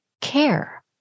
care